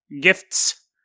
Gifts